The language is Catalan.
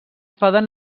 poden